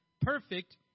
perfect